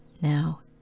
now